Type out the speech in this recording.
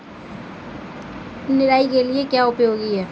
निराई के लिए क्या उपयोगी है?